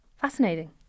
fascinating